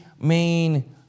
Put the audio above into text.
main